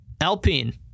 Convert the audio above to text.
Alpine